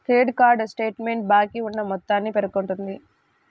credit card statement బాకీ ఉన్న మొత్తాన్ని పేర్కొంటుంది